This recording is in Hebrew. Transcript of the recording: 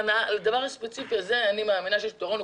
לדבר הספציפי הזה, אני מאמינה שיש פתרון.